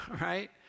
right